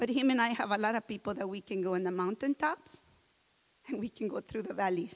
but him and i have a lot of people that we can go in the mountaintops and we can go through the valley